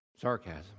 sarcasm